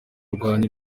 rwanjye